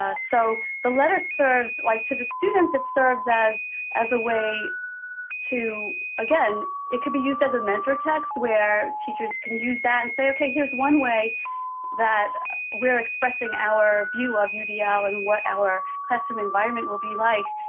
ah so the letters serve, like to the students, it serves as as a way to, again, it could be used as a mentor text, where teachers can use that and say okay, here is one way that we are expressing our view of udl and what our classroom environment will be like.